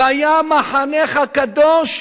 "והיה מחנך קדוש"